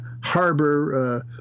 harbor